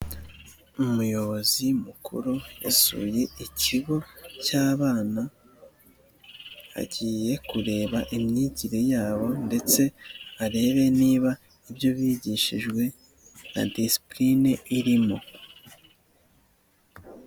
Umuyobozi mukuru yasuye ikigo cy'abana agiye kureba imyigire yabo ndetse arebe niba ibyo bigishijwe na disipurine irimo.